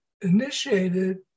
initiated